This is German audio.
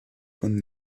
von